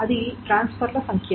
అది ట్రాన్స్ఫర్ల సంఖ్య